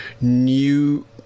new